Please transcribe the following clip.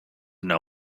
know